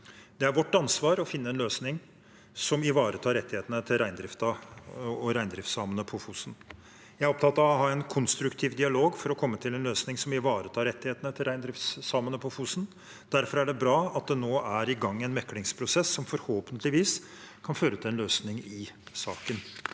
Det er vårt ansvar å finne en løsning som ivaretar rettighetene til reindriften og reindriftssamene på Fosen. Jeg er opptatt av å ha en konstruktiv dialog for å komme til en løsning som ivaretar rettighetene til reindriftssamene på Fosen. Derfor er det bra at det nå er i gang en meklingsprosess som forhåpentligvis kan føre til en løsning i saken.